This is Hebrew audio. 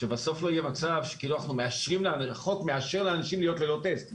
בסוף שלא יהיה מצב שהחוק כאילו מאשר לאנשים להיות ללא טסט.